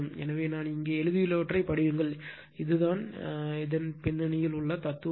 எனவே நான் இங்கே எழுதியுள்ளவற்றை படியுங்கள் இதுதான் இதன் பின்னணியில் உள்ள தத்துவம்